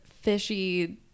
fishy